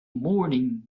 morning